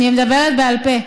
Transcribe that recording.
אני מדברת בעל פה.